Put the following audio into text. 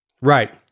Right